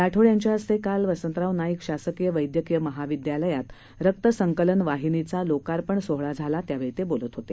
राठोडयांच्याहस्तेकालवसंतरावनाईकशासकीयवैद्यकीयमहाविद्यालयातरकसंकलनवाहिनीचालोकार्पणसोहळाझालात्यावेळीतेबोलतहोते